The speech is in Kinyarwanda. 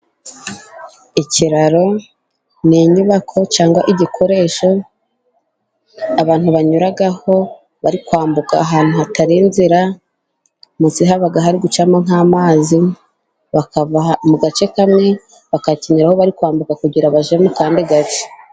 Ikiraro ni inyubako cyangwa igikoresho abantu banyuraho bari kwambuka ahantu hatari inzira, munsi haba hari gucamo nk'amazi, bakava mu gace kamwe bakakinyuraho bari kwambuka kugira ngo bajye mu kandi gake.